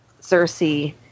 Cersei